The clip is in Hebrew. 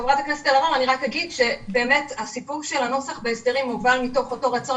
אני רק אומר שהסיפור של הנוסח בהסדרים בא מתוך אותו רצון